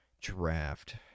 draft